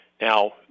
Now